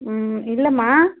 ம் இல்லைம்மா